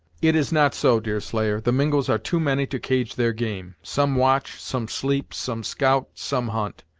it is not so, deerslayer. the mingos are too many to cage their game. some watch some sleep some scout some hunt.